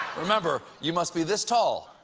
remember, you must be this tall